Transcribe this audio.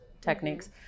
techniques